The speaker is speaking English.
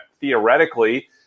theoretically